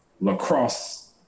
lacrosse